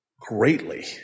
greatly